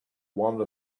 one